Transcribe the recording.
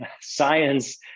science